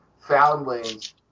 foundlings